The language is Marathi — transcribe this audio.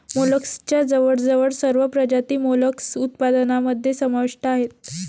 मोलस्कच्या जवळजवळ सर्व प्रजाती मोलस्क उत्पादनामध्ये समाविष्ट आहेत